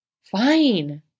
fine